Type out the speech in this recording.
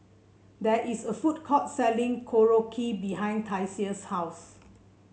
there is a food court selling Korokke behind Tasia's house